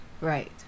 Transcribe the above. Right